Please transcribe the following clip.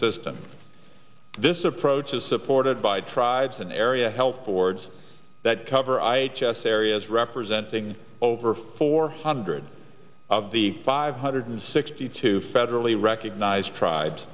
system this approach is supported by tribes an area health boards that cover i just areas representing over four hundred of the five hundred sixty two federally recognized tribes